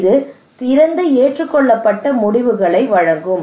இது சிறந்த ஏற்றுக்கொள்ளப்பட்ட முடிவுகளை வழங்கும்